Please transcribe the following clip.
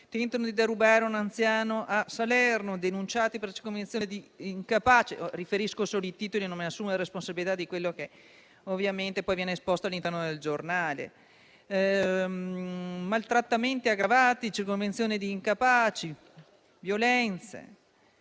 tentano di rubare un anziano. Denunciati per circonvenzione di incapace. Riferisco solo i titoli, ovviamente non mi assumo le responsabilità di quello che viene esposto all'interno del giornale. Maltrattamenti aggravati, circonvenzione di incapace, violenze,